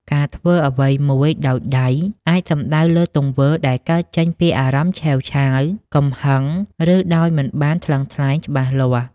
ការធ្វើអ្វីមួយដោយ "ដៃ" អាចសំដៅលើទង្វើដែលកើតចេញពីអារម្មណ៍ឆេវឆាវ កំហឹង ឬដោយមិនបានថ្លឹងថ្លែងច្បាស់លាស់។